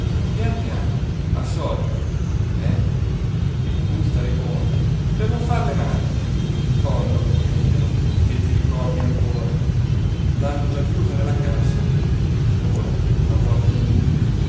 pian piano al solito eh e tu starai buono per non farle male povero vecchio nero che ti ricordi ancora l'hanno già chiusa nella cassa ora la portano giú